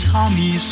Tommy